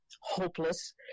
hopeless